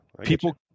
People